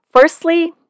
Firstly